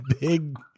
big